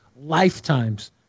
lifetimes